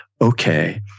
Okay